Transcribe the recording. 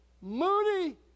Moody